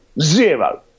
Zero